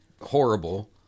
horrible